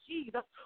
Jesus